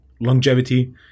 longevity